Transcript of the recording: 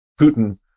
Putin